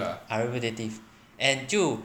ah repetitive and 就